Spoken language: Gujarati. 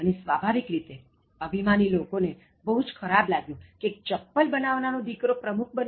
અને સ્વાભાવિક રીતે અભિમાની લોકો ને બહુ ખરાબ લાગ્યું કે એક ચપ્પલ બનાવનાર નો દિકરો પ્રમુખ બને